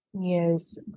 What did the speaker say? Yes